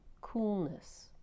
coolness